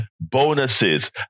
bonuses